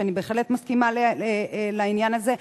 ואני בהחלט מסכימה לעניין הזה.